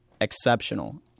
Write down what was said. exceptional